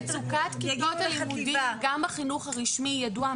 מצוקת כיתות הלימודים גם בחינוך הרשמי ידועה.